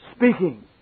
Speaking